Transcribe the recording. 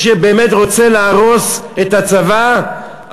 מי שבאמת רוצה להרוס את הצבא,